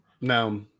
no